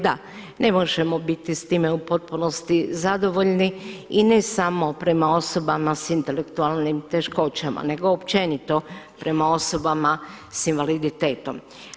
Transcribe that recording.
Da, ne možemo biti s time u potpunosti zadovoljni i ne samo prema osobama sa intelektualnim teškoćama nego općenito prema osobama sa invaliditetom.